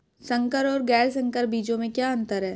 संकर और गैर संकर बीजों में क्या अंतर है?